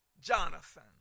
Jonathan